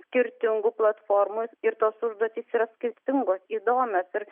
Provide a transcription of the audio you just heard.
skirtingų platformų ir tos užduotys yra skirtingos įdomios ir